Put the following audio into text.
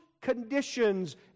conditions